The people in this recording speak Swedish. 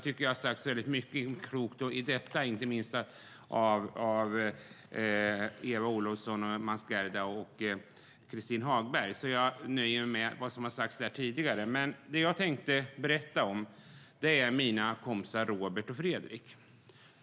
Mycket klokt har redan sagts, inte minst av Eva Olofsson, Mats Gerdau och Christin Hagberg. Jag nöjer mig med det som sagts tidigare. Jag tänkte i stället berätta om mina kompisar Robert och Fredrik.